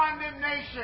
condemnation